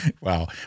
Wow